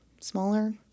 smaller